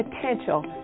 potential